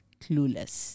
clueless